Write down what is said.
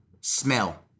Smell